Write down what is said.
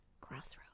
Crossroads